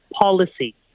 policy